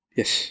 yes